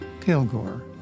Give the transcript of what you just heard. Kilgore